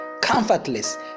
comfortless